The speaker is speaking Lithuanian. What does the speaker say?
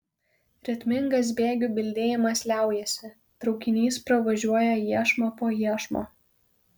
ritmingas bėgių bildėjimas liaujasi traukinys pravažiuoja iešmą po iešmo